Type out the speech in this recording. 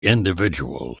individual